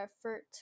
effort